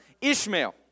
Ishmael